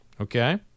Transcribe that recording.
Okay